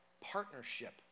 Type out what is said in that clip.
partnership